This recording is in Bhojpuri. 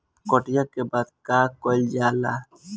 कटिया के बाद का कइल जाला?